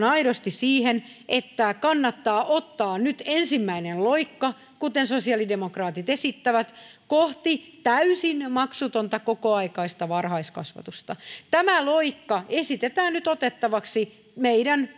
aidosti siihen että kannattaa ottaa nyt ensimmäinen loikka kuten sosiaalidemokraatit esittävät kohti täysin maksutonta kokoaikaista varhaiskasvatusta tämä loikka esitetään nyt otettavaksi meidän